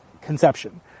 conception